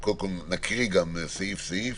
נקרא סעיף-סעיף